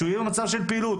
שיהיה במצב של פעילות,